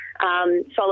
solid